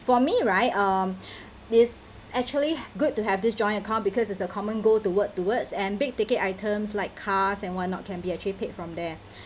for me right um this actually good to have this joint account because it's a common goal to work towards and big ticket items like cars and why not can be actually paid from there